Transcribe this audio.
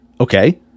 Okay